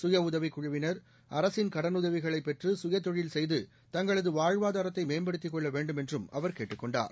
சுயஉதவிக் குழுவினர் அரசின் கடனுதவிகளைப் பெற்று சுயதொழில் செய்து தங்களது வாழ்வாதாரத்தை மேம்படுத்திக் கொள்ள வேண்டும் என்றும் அவர் கேட்டுக் கொண்டார்